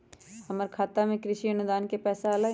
हमर खाता में कृषि अनुदान के पैसा अलई?